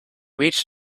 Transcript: reached